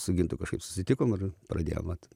su gintu kažkaip susitikom ir pradėjom mat